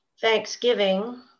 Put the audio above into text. thanksgiving